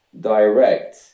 direct